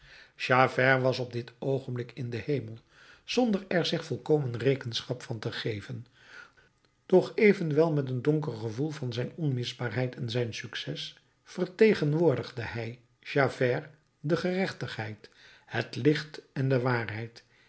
javert was op dit oogenblik in den hemel zonder er zich volkomen rekenschap van te geven doch evenwel met een donker gevoel van zijn onmisbaarheid en zijn succes vertegenwoordigde hij javert de gerechtigheid het licht en de waarheid